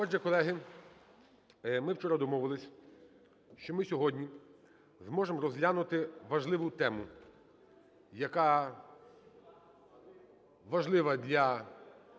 Отже, колеги, ми вчора домовилися, що ми сьогодні зможемо розглянути важливу тему, яка важлива для